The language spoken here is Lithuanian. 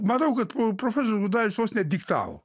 manau kad profesorius gudavičius vos ne diktavo